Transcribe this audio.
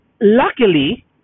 luckily